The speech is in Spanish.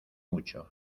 mucho